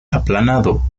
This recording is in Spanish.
aplanado